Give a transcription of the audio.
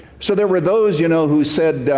so there were those, you know, who said,